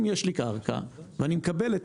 אם יש לי קרקע ואני מקבל היתר.